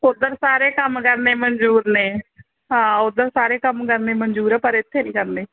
ਉਧਰ ਸਾਰੇ ਕੰਮ ਕਰਨੇ ਮਨਜ਼ੂਰ ਨੇ ਹਾਂ ਉਧਰ ਸਾਰੇ ਕੰਮ ਕਰਨੇ ਮਨਜ਼ੂਰ ਹੈ ਪਰ ਇੱਥੇ ਨਹੀਂ ਕਰਨੇ